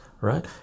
right